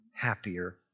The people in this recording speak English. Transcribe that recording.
happier